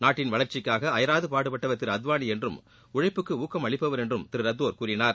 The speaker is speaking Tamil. நாட்டின் வளர்ச்சிக்காக அயராது பாடுபட்டவர் திரு அத்வாளி என்றும் உழைப்புக்கு ஊக்கம் அளிப்பவர் என்றும் திரு ரத்தோர் கூறினார்